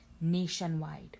nationwide